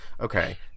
Okay